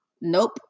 Nope